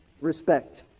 respect